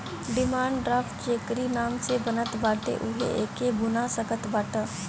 demand draft जेकरी नाम से बनत बाटे उहे एके भुना सकत बाटअ